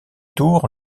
tours